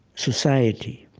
society.